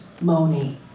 MONI